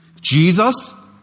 Jesus